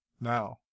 now